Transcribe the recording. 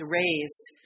raised